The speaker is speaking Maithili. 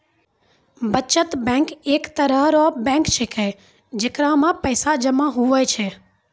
बचत बैंक एक तरह रो बैंक छैकै जेकरा मे पैसा जमा हुवै छै